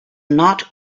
not